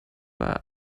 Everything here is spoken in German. war